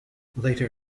later